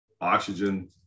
oxygen